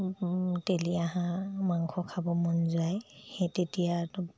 তেলীয়া হাঁহ মাংস খাব মন যায় সেই তেতিয়াতো